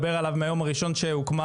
נושא החינוך תופס תאוצה.